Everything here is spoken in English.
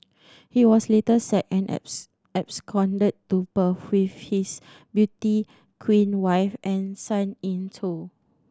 he was later sacked and absconded to Perth with his beauty queen wife and son in tow